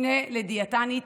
שתפנה לדיאטנית,